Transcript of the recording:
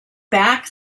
back